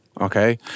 okay